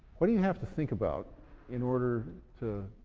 what do you have to think about in order to